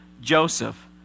Joseph